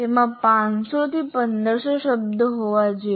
તેમાં 500 થી 1500 શબ્દો હોવા જોઈએ